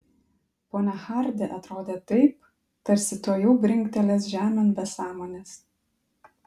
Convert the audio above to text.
ponia hardi atrodė taip tarsi tuojau brinktelės žemėn be sąmonės